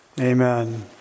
Amen